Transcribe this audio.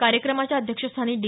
कार्यक्रमाच्या अध्यक्ष स्थानी डी